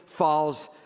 falls